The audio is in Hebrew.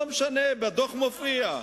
לא משנה, בדוח מופיע.